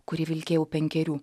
kurį vilkėjau penkerių